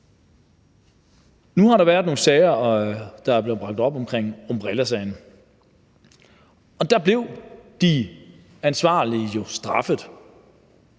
Nu har der været nogle sager, der er blevet bragt op, bl.a. umbrellasagen, og der blev de ansvarlige jo straffet.